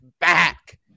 back